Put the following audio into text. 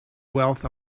wealth